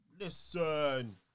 listen